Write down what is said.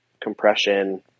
compression